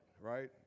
right